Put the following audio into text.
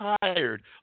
tired